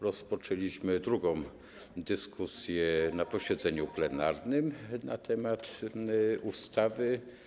Rozpoczęliśmy drugą dyskusję na posiedzeniu plenarnym na temat ustawy.